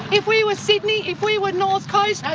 if we were sydney, if we would north coast,